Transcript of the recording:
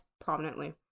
prominently